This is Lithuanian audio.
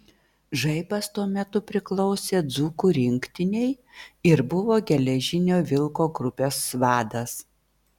žaibas tuo metu priklausė dzūkų rinktinei ir buvo geležinio vilko grupės vadas